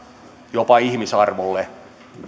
jopa ihmisarvolle